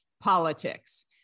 politics